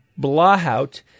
Blahout